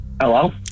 hello